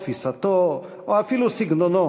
תפיסתו או אפילו סגנונו,